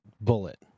Bullet